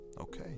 Okay